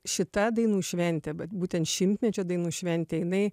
šita dainų šventė bet būtent šimtmečio dainų šventėje jinai